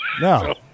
No